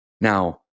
Now